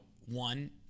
one